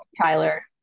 Tyler